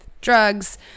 drugs